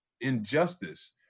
injustice